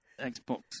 Xbox